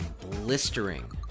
blistering